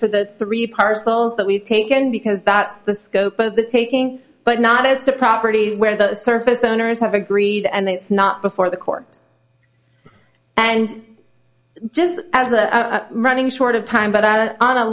for the three parcels that we've taken because that the scope of the taking but not as a property where the surface owners have agreed and it's not before the court and just as a running short of time but